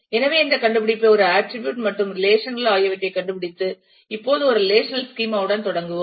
எனவே இந்த கண்டுபிடிப்பை ஒரு ஆட்டிரிபியூட் மற்றும் ரெலேஷனல் கள் ஆகியவற்றைக் கண்டுபிடித்து இப்போது ஒரு ரெலேஷனல் ஸ்கீமா உடன் தொடங்குவோம்